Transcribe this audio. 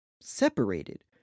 separated